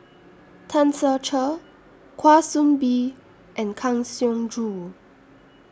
Tan Ser Cher Kwa Soon Bee and Kang Siong Joo